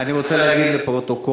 אני רוצה להגיד לפרוטוקול: